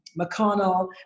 McConnell